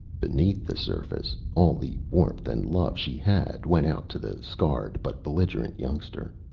beneath the surface, all the warmth and love she had went out to the scared but belligerent youngster.